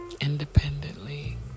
Independently